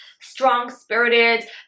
strong-spirited